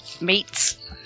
meats